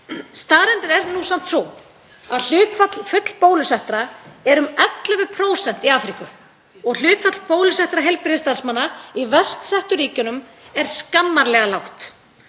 Staðreyndin er samt sú að hlutfall fullbólusettra er um 11% í Afríku og hlutfall bólusettra heilbrigðisstarfsmanna í verst settu ríkjunum er skammarlega lágt.